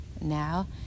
Now